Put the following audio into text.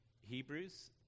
Hebrews